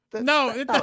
No